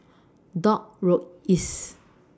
Dock Road East